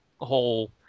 whole